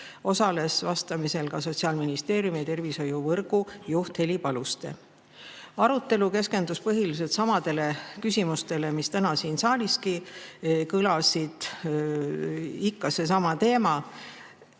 osales ka Sotsiaalministeeriumi tervishoiuvõrgu juht Heli Paluste. Arutelu keskendus põhiliselt samadele küsimustele, mis täna siin saaliski kõlasid. Ikka seesama teema,